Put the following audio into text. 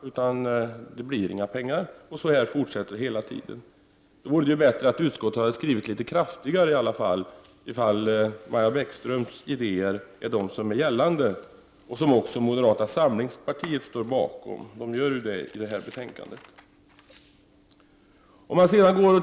Då blir det inga pengar till Dalslands kanal. Så kan det fortsätta hela tiden. Då vore det väl bättre att utskottet gjorde en mer kraftfull skrivning, alltså om Maja Bäckströms idéer är de som gäller och som moderata samlingspartiet står bakom — de gör ju det i det här betänkandet.